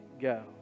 go